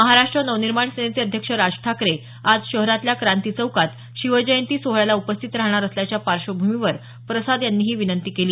महाराष्ट्र नवनिर्माण सेनेचे अध्यक्ष राज ठाकरे आज शहरातल्या क्रांती चौकात शिवजयंती सोहळ्याला उपस्थित राहणार असल्याच्या पार्श्वभूमीवर प्रसाद यांनी ही विनंती केली